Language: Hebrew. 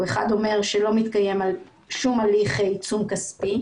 הוא אומר שלא מתקיים שום הליך עיצום כספי.